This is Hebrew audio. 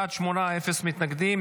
בעד, שמונה, אפס מתנגדים.